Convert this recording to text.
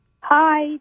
Hi